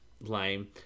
lame